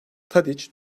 tadiç